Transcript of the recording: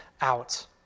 out